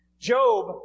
Job